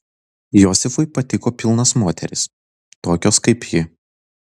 josifui patiko pilnos moterys tokios kaip ji